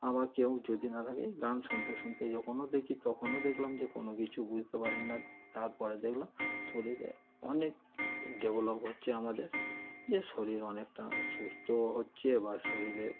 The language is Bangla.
আবার কেউ যদি না থাকে গান শুনতে শুনতে যখনও দেখি তখনও দেখলাম যে কোনো কিছু বুঝতে পারি না তার পরে দেখলাম শরীরে অনেক ডেভেলপ হচ্ছে আমাদের যে শরীর অনেকটা সুস্থও হচ্ছে বা শরীরের